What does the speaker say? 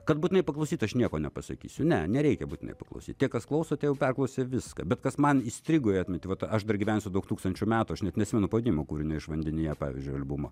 kad būtinai paklausyt aš nieko nepasakysiu ne nereikia būtinai paklausyt tie kas klauso tai jau perklausė viską bet kas man įstrigo į atmintį vat aš dar gyvensiu daug tūkstančių metų aš net neatsimenu pavadinimo kūrinio iš vandenyje pavyzdžiui albumo